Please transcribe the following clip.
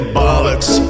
bollocks